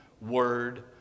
word